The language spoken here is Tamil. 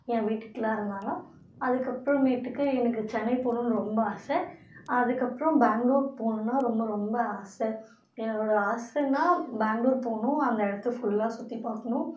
என் வீட்டுக்கெலாம் இருந்தாலும் அதுக்கப்புறமேட்டுக்கு எனக்கு சென்னை போகணுன்னு ரொம்ப ஆசை அதுக்கப்புறம் பெங்களூர் போகணுன்னா ரொம்ப ரொம்ப ஆசை என்னோடய ஆசைன்னா பெங்களூர் போகணும் அந்த இடத்த ஃபுல்லா சுற்றி பார்க்கணும்